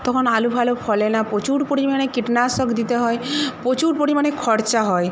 তখন আলু ফালু ফলে না প্রচুর পরিমাণে কীটনাশক দিতে হয় প্রচুর পরিমাণে খরচা হয়